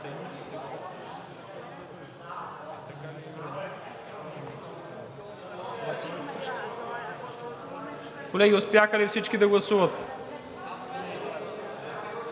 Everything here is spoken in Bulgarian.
Колеги, успяха ли всички да гласуват?